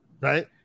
right